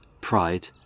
pride